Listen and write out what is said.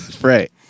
right